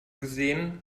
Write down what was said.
gesehen